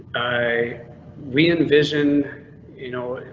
i we envision you know,